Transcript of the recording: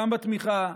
גם בתמיכה,